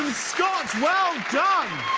well done!